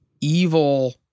Evil